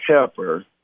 Pepper